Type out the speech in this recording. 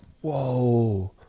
whoa